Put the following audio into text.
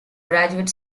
graduate